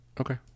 Okay